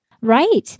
Right